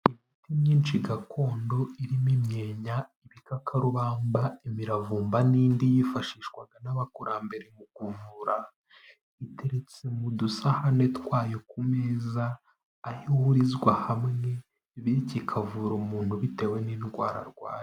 Imiti myinshi gakondo irimo imyenya, ibikakarubamba, imiravumba n'indi yifashishwaga n'abakurambere mu kuvura, iteretse mu dusahane twayo ku meza, aho ihurizwa hamwe bityo ikavura umuntu bitewe n'indwara arwaye.